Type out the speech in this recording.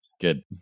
Good